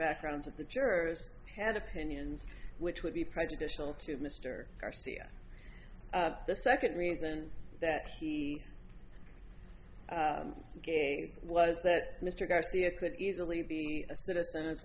backgrounds of the jurors had opinions which would be prejudicial to mr garcia the second reason that he gave was that mr garcia could easily be a citizen as